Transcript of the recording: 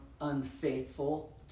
unfaithful